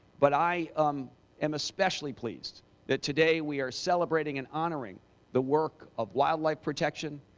but i um am especially pleased that today we are celebrating and honoring the work of wildlife protection,